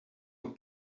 een